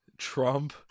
Trump